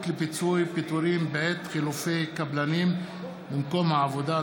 לפיצויי פיטורים בעת חילופי קבלנים במקום העבודה),